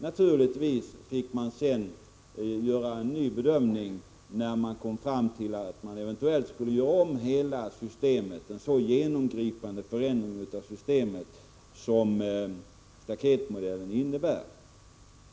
Naturligtvis fick man sedan göra en ny bedömning när man eventuellt kom fram till att man skulle göra om hela systemet och genomföra en så genomgripande förändring av systemet som staketmodellen innebär.